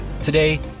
Today